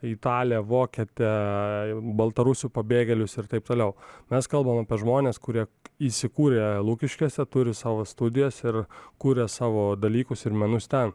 italę vokietę baltarusių pabėgėlius ir taip toliau mes kalbam apie žmones kurie įsikūrė lukiškėse turi savo studijas ir kuria savo dalykus ir menus ten